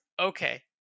Okay